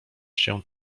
się